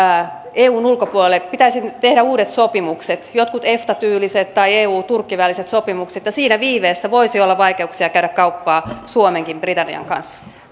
eun ulkopuolelle pitäisi tehdä uudet sopimukset jotkut efta tyyliset tai eu turkki väliset sopimukset ja siinä viiveessä voisi suomellakin olla vaikeuksia käydä kauppaa britannian kanssa